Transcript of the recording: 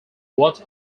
what